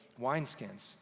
wineskins